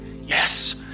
yes